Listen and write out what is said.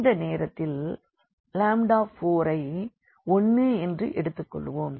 இந்த நேரத்தில் 4ஐ 1 என்று எடுத்துக் கொள்வோம்